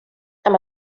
amb